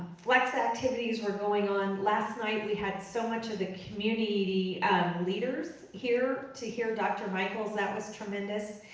flex activities were going on, last night we had so much of the community leaders here to hear dr. michaels. that was tremendous.